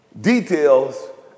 details